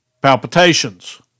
Palpitations